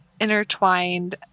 intertwined